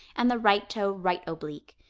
and the right toe right oblique.